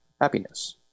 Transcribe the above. happiness